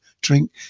drink